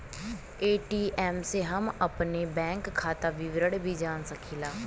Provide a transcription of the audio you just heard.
ATM से हम अपने बैंक खाता विवरण भी जान सकीला